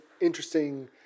interesting